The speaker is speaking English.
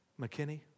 McKinney